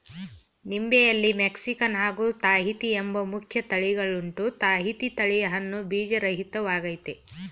ನಿಂಬೆಯಲ್ಲಿ Mexican ಹಾಗೂ Tahiti ಎಂಬ ಮುಖ್ಯ ತಳಿಗಳುಂಟು ತಾಹಿತಿ ತಳಿಯ ಹಣ್ಣು ಬೀಜರಹಿತ ವಾಗಯ್ತೆ